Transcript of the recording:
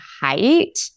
height